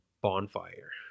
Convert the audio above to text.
bonfire